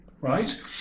right